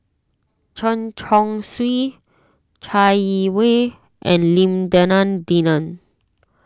Chen Chong Swee Chai Yee Wei and Lim Denan Denon